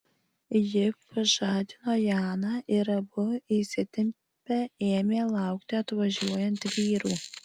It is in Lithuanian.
ji pažadino janą ir abu įsitempę ėmė laukti atvažiuojant vyrų